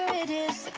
it in